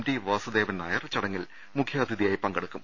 T Vasudevan Nair ചടങ്ങിൽ മുഖ്യാതി ഥിയായി പങ്കെടുക്കും